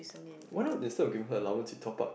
why not instead of giving her allowance you top up